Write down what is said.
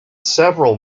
several